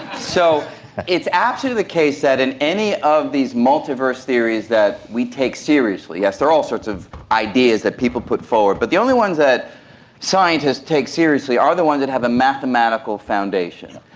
so it's absolutely the case that in any of these multiverse theories that we take seriously, there are all sorts of ideas that people put forward, but the only ones that scientists take seriously are the ones that have a mathematical foundation.